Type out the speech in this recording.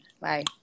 Bye